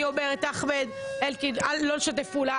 אני אומרת: אחמד, אלקין, לא לשתף פעולה.